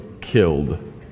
killed